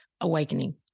awakening